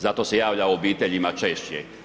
Zato se javlja u obiteljima češće.